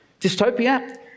Dystopia